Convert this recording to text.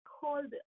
called